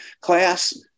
class